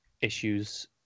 issues